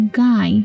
guy 、